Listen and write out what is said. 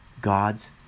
God's